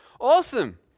awesome